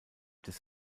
des